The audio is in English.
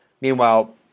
Meanwhile